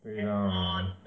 对 lah